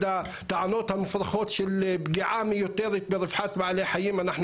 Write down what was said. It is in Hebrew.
הטענות המופרכות של פגיעה מיותרת ברווחת בעלי חיים.